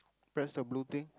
press the blue thing